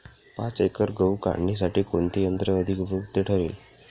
पाच एकर गहू काढणीसाठी कोणते यंत्र अधिक उपयुक्त ठरेल?